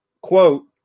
quote